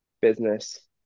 business